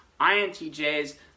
INTJs